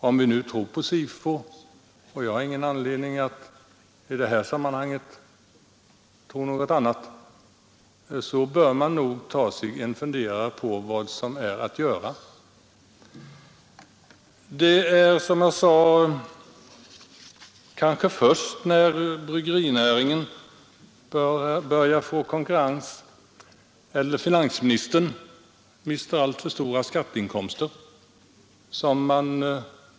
Om vi nu tror på SIFO — och jag har ingen anledning att i det här sammanhanget inte göra det — bör vi, efter att ha studerat dessa fakta, fundera över vad som är att göra. Som jag sade börjar tydligen de ansvariga fundera först när bryggerinäringen börjar få konkurrens eller när finansministern mister alltför mycket skatteinkomster.